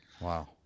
Wow